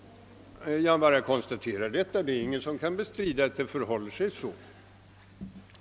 Jag bara konstaterar detta. Det är ingen som kan bestrida att det förhåller sig så.